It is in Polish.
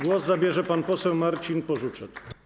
Głos zabierze pan poseł Marcin Porzucek.